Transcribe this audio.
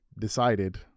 decided